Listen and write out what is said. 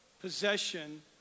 possession